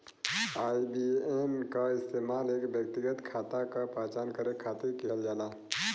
IBAN क इस्तेमाल एक व्यक्तिगत खाता क पहचान करे खातिर किहल जाला